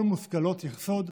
כל מושכלות היסוד בשיטה.